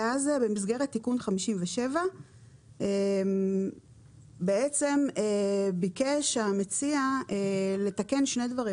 במסגרת תיקון 57 ביקש המציע לתקן שני דברים.